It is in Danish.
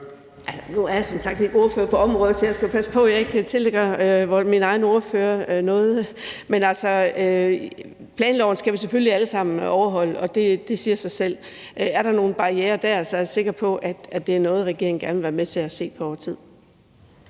Nu er jeg som sagt ikke ordfører på området, så jeg skal passe på, hvad jeg tillægger min egen ordfører. Men altså, planloven skal vi selvfølgelig alle sammen overholde; det siger sig selv. Er der nogle barrierer dér, er jeg sikker på, at det er noget, regeringen gerne vil være med til at se på over tid.